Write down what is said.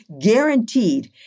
guaranteed